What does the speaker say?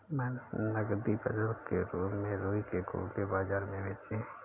मैंने नगदी फसल के रूप में रुई के गोले बाजार में बेचे हैं